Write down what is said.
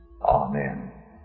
amen